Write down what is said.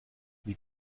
wie